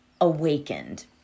awakened